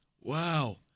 Wow